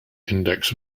index